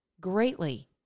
greatly